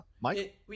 Mike